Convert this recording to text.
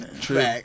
True